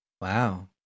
Wow